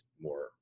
more